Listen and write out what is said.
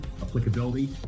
applicability